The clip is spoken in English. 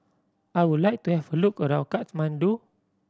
I would like to have a look around Kathmandu